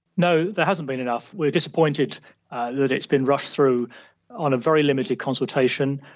no, there hasn't been enough. we're disappointed that it's been rushed through on a very limited consultation,